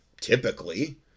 typically